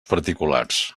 particulars